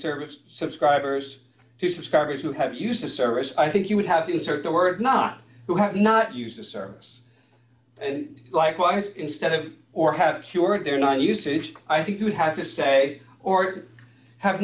service subscribers to subscribers who have used the service i think you would have to insert the word not who have not used the service and likewise instead of or have cured their non usage i think you would have to say or have